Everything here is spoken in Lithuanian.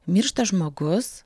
miršta žmogus